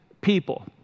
people